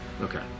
Okay